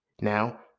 Now